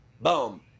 boom